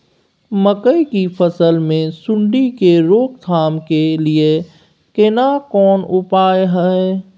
मकई की फसल मे सुंडी के रोक थाम के लिये केना कोन उपाय हय?